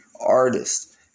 artist